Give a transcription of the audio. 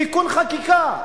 תיקון חקיקה.